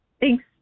thanks